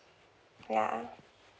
ya